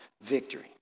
victory